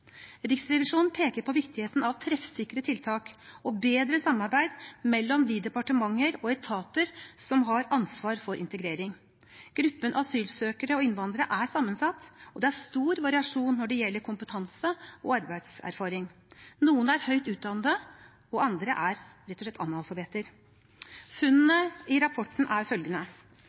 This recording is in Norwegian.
Riksrevisjonen peker på viktigheten av treffsikre tiltak og bedre samarbeid mellom de departementer og etater som har ansvar for integrering. Gruppen asylsøkere og innvandrere er sammensatt, og det er stor variasjon når det gjelder kompetanse og arbeidserfaring. Noen er høyt utdannede, andre er rett og slett analfabeter. Funnene i rapporten er følgende: